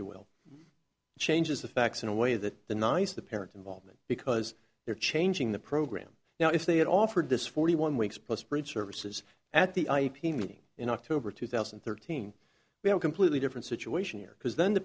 you will changes the facts in a way that the nice the parent involvement because they're changing the program now if they had offered this forty one weeks plus brit services at the ip meeting in october two thousand and thirteen we have a completely different situation here because then the